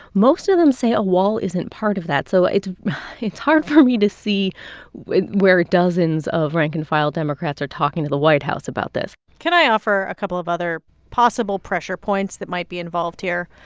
most of them say a wall isn't part of that. so it's it's hard for me to see where dozens of rank-and-file democrats are talking to the white house about this can i offer a couple of other possible pressure points that might be involved here?